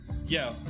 yo